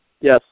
Yes